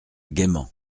gaiement